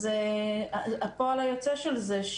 אז הפועל היוצא של זה,